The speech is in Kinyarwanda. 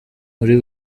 muri